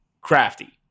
crafty